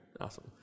Awesome